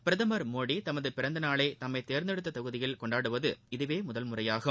பிரதம் மோடி தமது பிறந்தநாளை தம்மைத் தேர்ந்தெடுத்த தொகுதியில் கொண்டாடுவது இதவே முதன்முறையாகும்